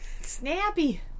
Snappy